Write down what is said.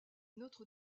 notre